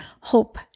hope